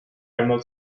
einmal